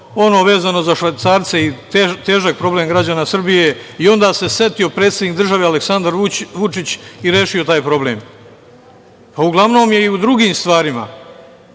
ono vezano za švajcarce i težak problem građana Srbije i onda se setio predsednik države, Aleksandar Vučić, i rešio taj problem. Uglavnom je i u drugim stvarima